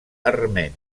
armeni